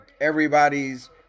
everybody's